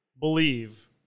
believe